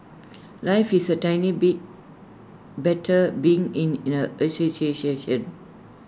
life is A tiny bit better being in in A